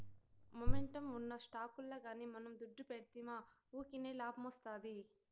momentum ఉన్న స్టాకుల్ల గానీ మనం దుడ్డు పెడ్తిమా వూకినే లాబ్మొస్తాది